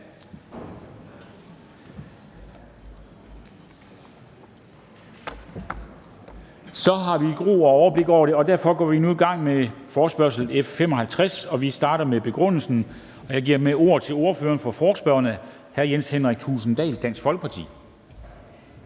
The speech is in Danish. Så har vi ro og overblik over det, og derfor går vi nu i gang med forespørgsel F 55. Vi starter med begrundelsen, og jeg giver derfor ordet til ordføreren for forespørgerne, hr. Jens Henrik Thulesen Dahl, Dansk Folkeparti.